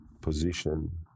position